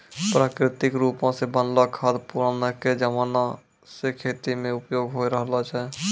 प्राकृतिक रुपो से बनलो खाद पुरानाके जमाना से खेती मे उपयोग होय रहलो छै